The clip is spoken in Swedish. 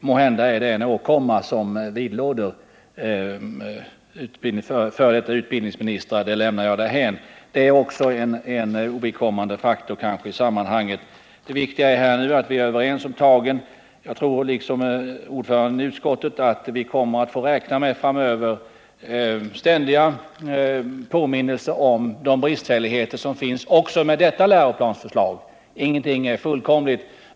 Måhända är det en åkomma som vidlåder f. d. skolministrar. Det viktiga är nu att vi är överens om tagen. Jag tror liksom utskottets ordförande att vi framöver kommer att få räkna med ständiga påminnelser om de bristfälligheter som finns också med detta läroplansförslag. Ingenting är ju fullkomligt.